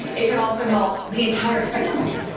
it can also help the entire family.